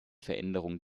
veränderung